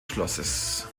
schlosses